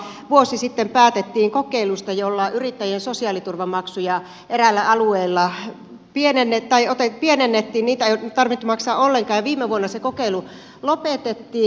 muutama vuosi sitten päätettiin kokeilusta jolla yrittäjien sosiaaliturvamaksuja eräillä alueilla pienennettiin niitä ei tarvinnut maksaa ollenkaan ja viime vuonna se kokeilu lopetettiin